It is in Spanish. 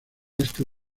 este